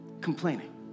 complaining